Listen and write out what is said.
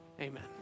Amen